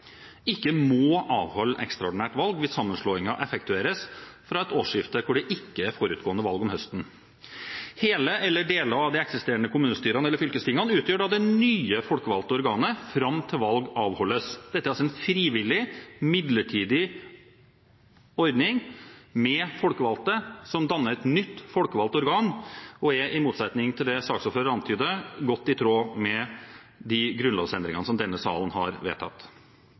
ikke må avholde ekstraordinært valg hvis sammenslåingen effektueres fra et årsskifte da det ikke er forutgående valg om høsten. Hele eller deler av de eksisterende kommunestyrene eller fylkestingene utgjør da det nye folkevalgte organet fram til valg avholdes. Dette er altså en frivillig midlertidig ordning med folkevalgte som danner et nytt folkevalgt organ, og er, i motsetning til det saksordføreren antydet, godt i tråd med de grunnlovsendringene som denne salen har vedtatt.